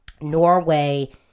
Norway